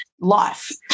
life